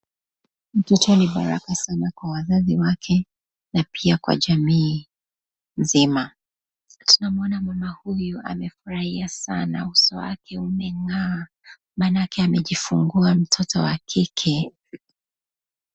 Mtoto ni baraka sana kwa wazazi wake na pia kwa jamii nzima. Tunamuona mama huyu amefurahia sana uso wake umeng'aa manake amejifungua mtoto wa kike.